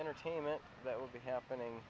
entertainment that will be happening